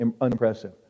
unimpressive